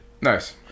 Nice